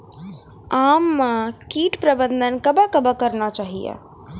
आम मे कीट प्रबंधन कबे कबे करना चाहिए?